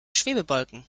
schwebebalken